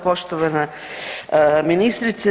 Poštovana ministrice.